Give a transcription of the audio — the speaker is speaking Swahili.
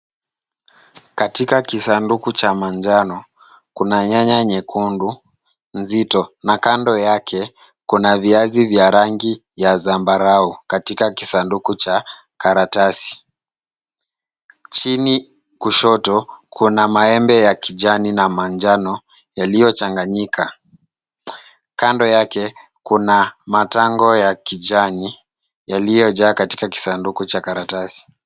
Katika kisanduku cha manjano kuna nyanya nyekundu nzito , na kando yake kuna viazi vya rangi ya zambarau katika kisanduku cha karatasi , chini kushoto kuna maembe ya kijani na manjano yaliyochanganyika ,kando yake kuna matango ya kijani yaliyojaa katika kisanduku cha karatasi.